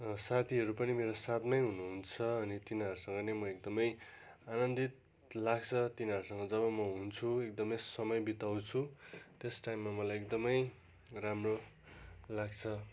मेरो साथीहरू पनि मेरो साथमै हुनुहुन्छ अनि तिनीहरूसँग नि म एकदमै आनन्दित लाग्छ तिनीहरूसँग जब म हुन्छु एकदमै समय बिताउँछु त्यस टाइममा मलाई एकदमै राम्रो लाग्छ